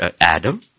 Adam